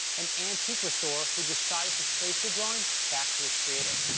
an antique restorer who decided to trace the drawing back to its creator,